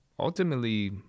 Ultimately